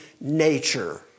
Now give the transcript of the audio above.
nature